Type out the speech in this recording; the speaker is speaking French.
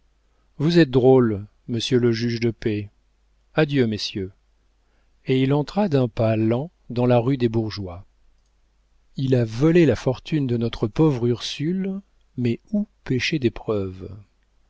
vous êtes drôle monsieur le juge de paix adieu messieurs et il entra d'un pas lent dans la rue des bourgeois il a volé la fortune de notre pauvre ursule mais où pêcher des preuves